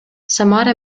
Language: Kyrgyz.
самара